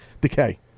decay